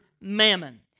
mammon